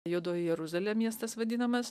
juodoji jeruzalė miestas vadinamas